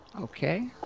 Okay